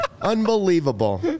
Unbelievable